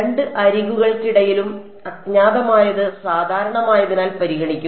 രണ്ട് അരികുകൾക്കിടയിലും അജ്ഞാതമായത് സാധാരണമായതിനാൽ പരിഗണിക്കും